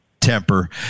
temper